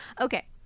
okay